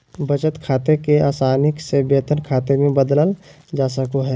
बचत खाते के आसानी से वेतन खाते मे बदलल जा सको हय